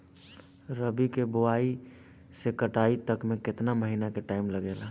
रबी के बोआइ से कटाई तक मे केतना महिना के टाइम लागेला?